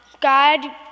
God